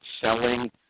selling